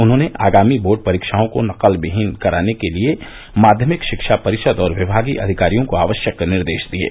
उन्होंने आगामी बोर्ड परीक्षाओं को नकलविहीन कराने के लिये माध्यमिक शिक्षा परिषद और विभागीय अधिकारियों को आवश्यक निर्देश दिये